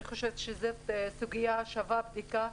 אני חושבת שזו סוגיה ששווה בדיקה.